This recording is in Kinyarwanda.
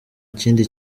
kindi